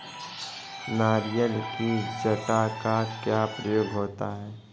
नारियल की जटा का क्या प्रयोग होता है?